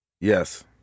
Yes